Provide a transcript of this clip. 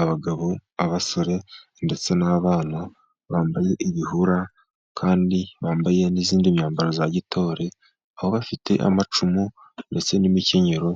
Abagabo, abasore ndetse n'abana bambaye ibihura, kandi bambaye n'iyindi myambaro ya gitore, aho bafite amacumu ndetse n'imikenyero